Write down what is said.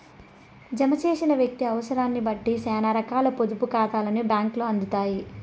జమ చేసిన వ్యక్తి అవుసరాన్నిబట్టి సేనా రకాల పొదుపు కాతాల్ని బ్యాంకులు అందిత్తాయి